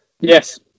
Yes